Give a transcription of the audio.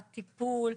הטיפול,